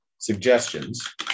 suggestions